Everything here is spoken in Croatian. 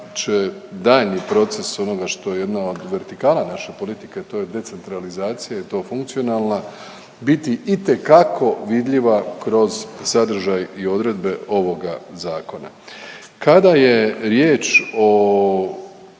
da će daljnji proces onoga što je jedna od vertikala naše politike to je decentralizacija i to funkcionalna biti itekako vidljiva kroz sadržaj i odredbe ovoga zakona. Kada je riječ o